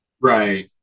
right